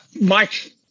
Mike